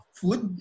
food